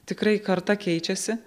tikrai karta keičiasi